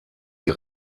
die